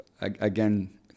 again